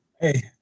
Hey